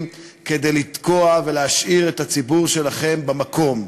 כדי לתקוע ולהשאיר את הציבור שלכם במקום.